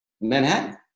Manhattan